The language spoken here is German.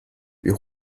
wir